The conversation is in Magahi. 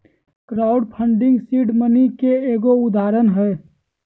क्राउड फंडिंग सीड मनी के एगो उदाहरण हय